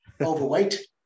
overweight